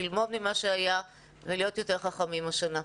ללמוד ממה שהיה ולהיות יותר חכמים השנה.